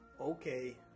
okay